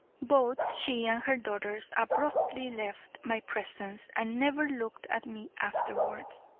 both she and her daughters abruptly left my presence and never looked at me afterwards.